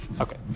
Okay